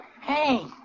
Hey